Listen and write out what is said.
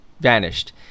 vanished